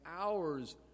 hours